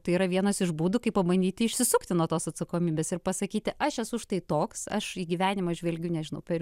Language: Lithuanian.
tai yra vienas iš būdų kaip pabandyti išsisukti nuo tos atsakomybės ir pasakyti aš esu štai toks aš į gyvenimą žvelgiu nežinau per